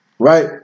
Right